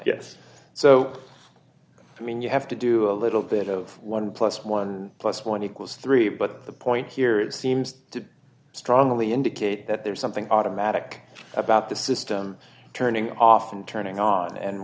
yes so i mean you have to do a little bit of one plus one plus one equals three but the point here it seems to strongly indicate that there's something automatic about the system turning off and turning on and